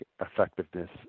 effectiveness